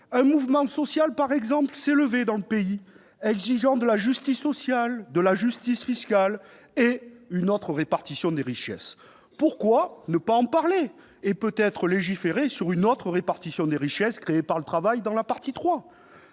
un mouvement social s'est levé dans le pays, exigeant de la justice sociale, de la justice fiscale et une autre répartition des richesses. Pourquoi ne pas en parler, et peut-être légiférer sur une autre répartition des richesses créées par le travail, au chapitre III